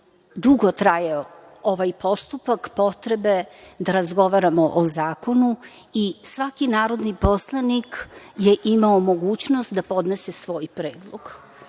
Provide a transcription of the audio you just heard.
traje ovaj postupak potrebe da razgovaramo o zakonu i svaki narodni poslanik je imao mogućnost da podnese svoj predlog.